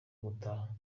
gutaha